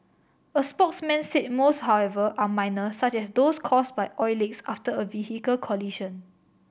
a spokesman said most however are minor such as those caused by oil leaks after a vehicle collision